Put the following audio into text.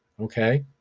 okay?